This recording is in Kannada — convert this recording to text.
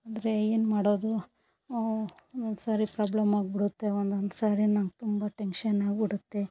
ಅಂದರೆ ಏನು ಮಾಡೋದು ಒನ್ನೊಂದುಸರಿ ಪ್ರಾಬ್ಲಮ್ಮಾಗಿಬಿಡುತ್ತೆ ಒನ್ನೊಂದಿಸರಿ ನಮ್ಗೆ ತುಂಬ ಟೆನ್ಷನ್ ಆಗಿಬಿಡುತ್ತೆ